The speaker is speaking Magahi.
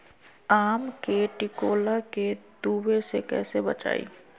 आम के टिकोला के तुवे से कैसे बचाई?